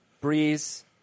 Breeze